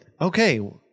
Okay